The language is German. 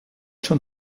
schon